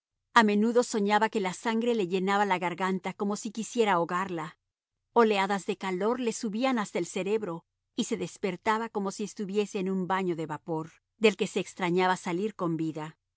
a menudo soñaba que la sangre le llenaba la garganta como si quisiera ahogarla oleadas de calor le subían hasta el cerebro y se despertaba como si estuviese en un baño de vapor del que se extrañaba salir con vida